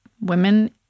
women